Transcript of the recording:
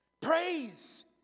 Praise